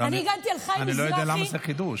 אני הגנתי, אני לא יודע למה זה חידוש.